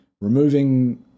removing